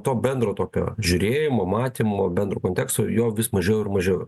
to bendro tokio žiūrėjimo matymo bendro konteksto jo vis mažiau ir mažiau